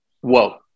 whoa